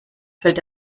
fällt